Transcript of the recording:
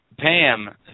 Pam